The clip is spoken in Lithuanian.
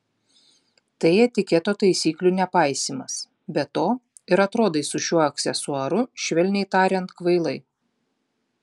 tai etiketo taisyklių nepaisymas be to ir atrodai su šiuo aksesuaru švelniai tariant kvailai